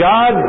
God